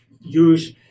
use